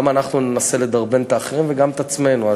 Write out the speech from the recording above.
גם אנחנו ננסה לדרבן את האחרים, וגם את עצמנו.